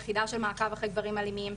יחידה של מעקב אחרי גברים אלימים,